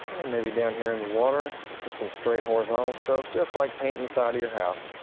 and maybe down here in the water just some straight horizontal strokes, just like painting the side of your house,